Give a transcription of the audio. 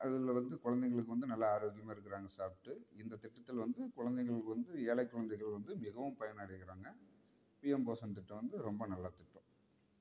அதில் வந்து குழந்தைங்களுக்கு வந்து நல்லா ஆரோக்கியமாக இருக்கிறாங்க சாப்பிட்டு இந்த திட்டத்தில் வந்து குழந்தைங்களுக்கு வந்து ஏழை குழந்தைகள் வந்து மிகவும் பயனடைகிறாங்க பிஎம் போஸன் திட்டம் வந்து ரொம்ப நல்ல திட்டம்